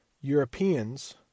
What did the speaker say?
Europeans